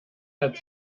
hat